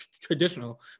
traditional